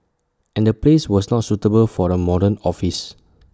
and the place was not suitable for A modern office